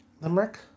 limerick